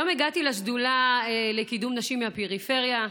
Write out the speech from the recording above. היום הגעתי לשדולה לקידום נשים מהפריפריה,